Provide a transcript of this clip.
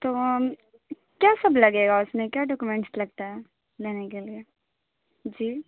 تو ہم کیا سب لگے گا اس میں کیا ڈاکیومینٹس لگتا ہے لینے کے لیے جی